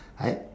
I